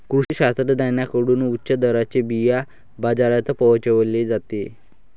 कृषी शास्त्रज्ञांकडून उच्च दर्जाचे बिया बाजारात पोहोचवले जाते